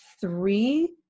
three